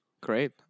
Great